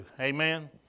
Amen